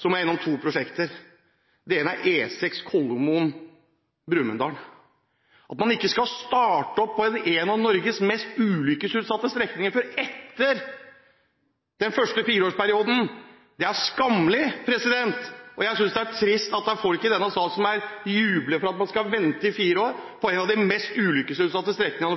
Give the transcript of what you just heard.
Så må jeg innom to prosjekter. Det ene er E6 Kolomoen–Brumunddal. At man ikke skal starte opp på en av Norges mest ulykkesutsatte strekninger før etter den første fireårsperioden, er skammelig. Jeg synes det er trist at det er folk i denne sal som jubler for at man skal vente i fire år